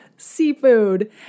seafood